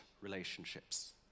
relationships